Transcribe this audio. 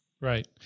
Right